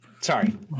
sorry